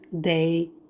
day